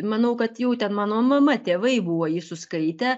manau kad jau ten mano mama tėvai buvo jį suskaitę